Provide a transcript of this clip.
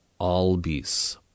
Albis